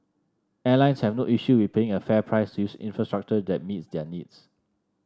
airlines have no issue with paying a fair price to use infrastructure that meets their needs